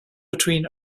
between